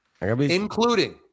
Including